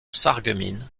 sarreguemines